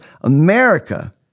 America